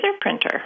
printer